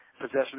possession